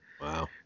wow